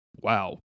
wow